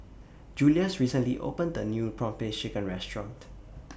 Julious recently opened The New Prawn Paste Chicken Restaurant